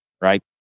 Right